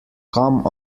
come